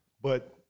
But-